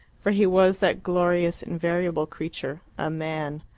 for he was that glorious invariable creature, a man.